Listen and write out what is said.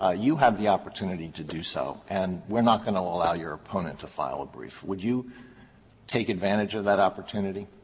ah you have the opportunity to do so, and we're not going to allow your opponent to file a brief. would you take advantage of that opportunity?